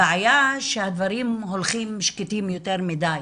הבעיה שהדברים הולכים שקטים יותר מדי.